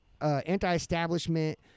anti-establishment